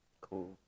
cool